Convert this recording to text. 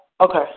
Okay